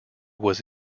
was